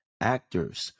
actors